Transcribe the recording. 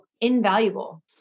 invaluable